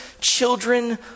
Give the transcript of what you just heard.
children